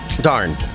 Darn